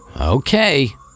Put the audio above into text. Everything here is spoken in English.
Okay